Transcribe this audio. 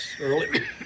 early